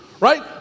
right